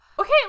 Okay